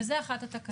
וזו אחת התקנות.